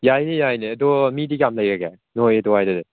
ꯌꯥꯏꯅꯦ ꯌꯥꯏꯅꯦ ꯑꯗꯣ ꯃꯤꯗꯤ ꯀꯌꯥꯝ ꯂꯩꯔꯒꯦ ꯅꯣꯏ ꯑꯗꯨꯋꯥꯏꯗꯗꯤ